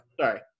Sorry